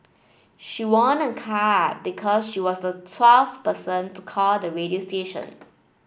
she won a car because she was the twelfth person to call the radio station